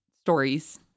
stories